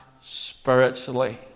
spiritually